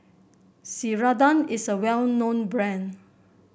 Ceradan is a well known brand